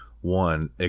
one